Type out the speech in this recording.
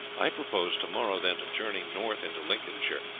i propose to-morrow, then, to journey north into lincolnshire,